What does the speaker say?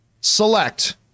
select